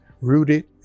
rooted